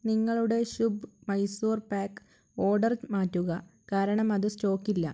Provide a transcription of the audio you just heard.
നിങ്ങളുടെ Shubh Mysore pack order മാറ്റുക കാരണം അത് സ്റ്റോക്കില്ല